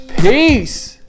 Peace